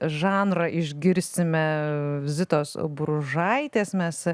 žanrą išgirsime zitos bružaitės mes